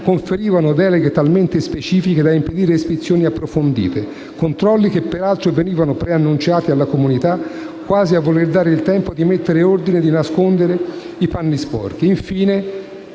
conferivano deleghe talmente specifiche da impedire ispezioni approfondite: controlli che peraltro venivano preannunciati alla comunità, quasi a voler dare il tempo di mettere ordine, di nascondere i panni sporchi.